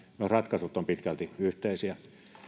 ne ratkaisut ovat pitkälti yhteisiä